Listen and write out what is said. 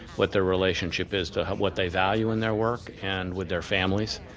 what their relationship is to what they value in their work, and with their families.